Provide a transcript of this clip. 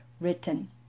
written